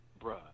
bruh